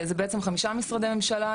זה בעצם חמישה משרדי ממשלה,